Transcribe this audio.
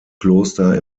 kloster